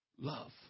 Love